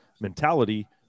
mentality